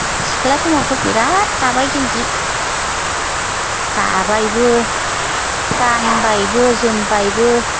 सिख्ला समावथ' बिराद दाबाय जों जि दाबायबो गानबायबो जोमबायबो